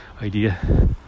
idea